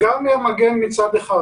האוכלוסייה בישראל.